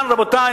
רבותי,